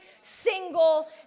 single